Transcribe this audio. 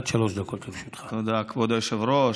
תודה, כבוד היושב-ראש.